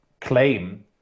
claim